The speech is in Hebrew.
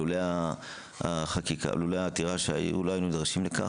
לולא העתירה לא היינו נדרשים לכך,